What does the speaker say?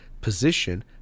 position